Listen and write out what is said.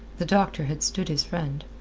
the doctor had stood his friend,